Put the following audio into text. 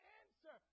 answer